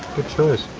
choice